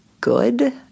good